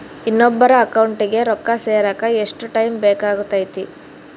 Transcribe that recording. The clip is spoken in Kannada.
ಇನ್ನೊಬ್ಬರ ಅಕೌಂಟಿಗೆ ರೊಕ್ಕ ಸೇರಕ ಎಷ್ಟು ಟೈಮ್ ಬೇಕಾಗುತೈತಿ?